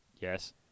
Yes